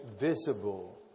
visible